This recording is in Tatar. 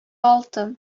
алтын